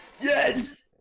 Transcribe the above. Yes